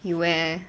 you wear